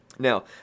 Now